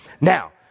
Now